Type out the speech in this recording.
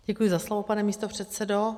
Děkuji za slovo, pane místopředsedo.